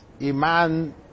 Iman